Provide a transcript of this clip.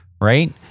right